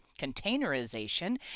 containerization